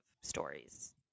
stories